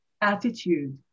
attitude